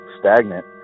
stagnant